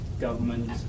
government